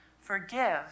Forgive